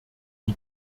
die